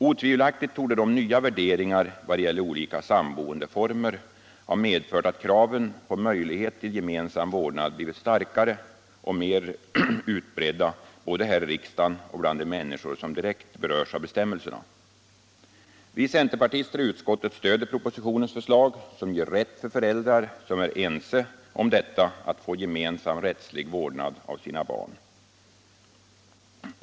Otvivelaktigt torde nya värderingar i vad gäller olika samboendeformer ha medfört att kraven på möjlighet till gemensam vårdnad blivit starkare och mer utbredda både här i riksdagen och bland de människor som direkt berörs av bestämmelserna. Vi centerpartister i utskottet stöder propositionens förslag, som ger rätt för föräldrar som är ense om detta att få gemensam rättslig vårdnad av sina barn.